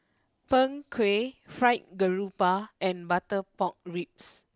Png Kueh Fried Garoupa and Butter Pork Ribs